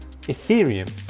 ethereum